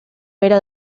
era